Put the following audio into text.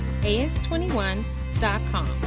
as21.com